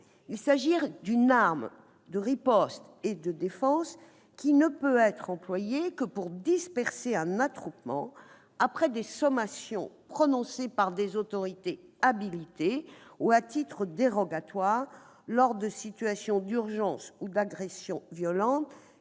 Il s'agit d'une arme de riposte et de défense qui ne peut être employée que pour disperser un attroupement, après des sommations prononcées par des autorités habilitées ou, à titre dérogatoire, lors de situations d'urgence ou d'agressions violentes